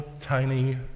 tiny